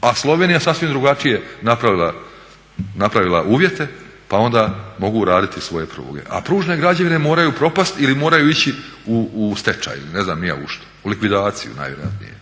a Slovenija sasvim drugačije je napravila uvjete pa onda mogu raditi svoje pruge. A Pružne građevine moraju propasti ili moraju ići u stečaj ili ne znam ni ja u što, u likvidaciju najvjerojatnije.